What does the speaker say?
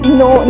no